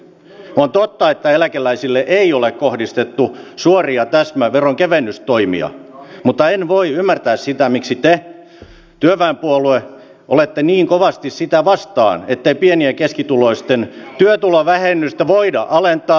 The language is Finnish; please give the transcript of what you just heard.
on totta että eläkeläisille ei ole kohdistettu suoria täsmäveronkevennystoimia mutta en voi ymmärtää sitä miksi te työväenpuolue olette niin kovasti sitä vastaan että pieni ja keskituloisten työtulovähennystä voitaisiin alentaa